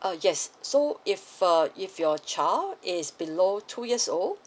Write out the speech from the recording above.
uh yes so if uh if your child is below two years old